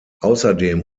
außerdem